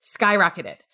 skyrocketed